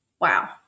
Wow